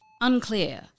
Unclear